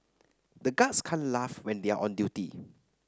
the guards can't laugh when they are on duty